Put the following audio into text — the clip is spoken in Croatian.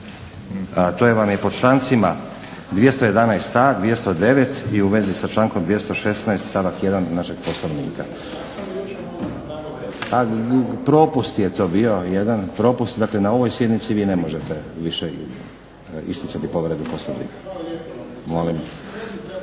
To vam je po člancima 211.a, 209. i u vezi sa člankom 216. stavak 1. našeg Poslovnika. … /Upadica se ne razumije./… A propust je to bio jedan, propust. Dakle, na ovoj sjednici vi ne možete više isticati povredu Poslovnika. …